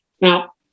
Now